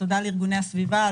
תודה לארגוני הסביבה.